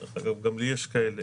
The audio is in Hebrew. דרך אגב, גם לי יש כאלה